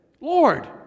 Lord